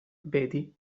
vedi